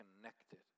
connected